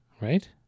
right